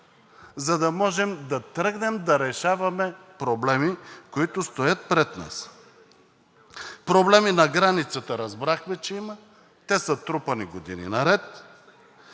за да можем да тръгнем да решаваме проблемите, които стоят пред нас. Проблеми на границата разбрахме, че има, те са трупани години наред,